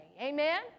amen